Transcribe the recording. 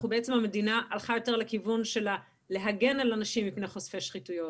והמדינה הלכה יותר לכיוון של להגן על אנשים מפני חושפי שחיתויות.